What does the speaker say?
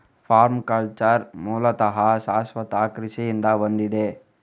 permaculture ಮೂಲತಃ ಶಾಶ್ವತ ಕೃಷಿಯಿಂದ ಬಂದಿದೆ